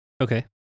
Okay